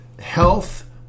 health